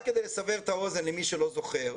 רק כדי לסבר את האוזן למי שלא זוכר,